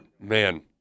man